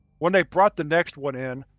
when they brought the next one in,